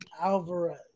Alvarez